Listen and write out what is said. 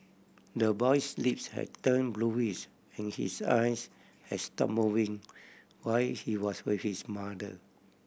the boy's lips had turn bluish and his eyes has stop moving while he was with his mother